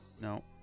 No